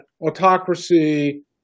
autocracy